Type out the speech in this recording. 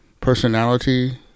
personality